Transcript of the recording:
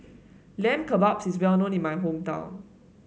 Lamb Kebabs is well known in my hometown